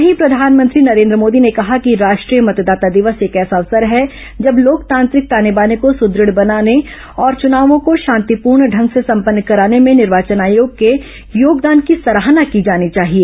वहीं प्रधानमंत्री नरेन्द्र मोदी ने कहा कि राष्ट्रीय मतदाता दिवस एक ऐसा अवसर है जब लोकतांत्रिक ताने बाने को सुदृढ़ बनाने और चुनावों को शांतिपूर्ण ढंग से संपन्न कराने में निर्वाचन आयोग के योगदान की सराहना की जानी चाहिए